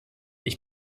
ich